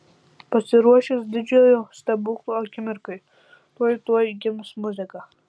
pasiruošęs didžiojo stebuklo akimirkai tuoj tuoj gims muzika